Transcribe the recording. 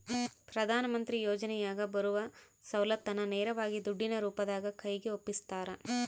ಪ್ರಧಾನ ಮಂತ್ರಿ ಯೋಜನೆಯಾಗ ಬರುವ ಸೌಲತ್ತನ್ನ ನೇರವಾಗಿ ದುಡ್ಡಿನ ರೂಪದಾಗ ಕೈಗೆ ಒಪ್ಪಿಸ್ತಾರ?